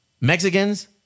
Mexicans